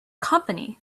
company